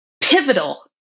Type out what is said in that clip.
pivotal